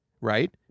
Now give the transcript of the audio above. right